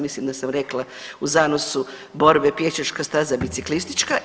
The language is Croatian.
Mislim da sam rekla u zanosu borbe pješačka staza biciklistička.